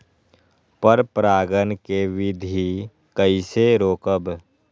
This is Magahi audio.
पर परागण केबिधी कईसे रोकब?